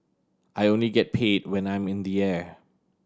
I only get paid when I'm in the air